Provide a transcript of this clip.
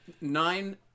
Nine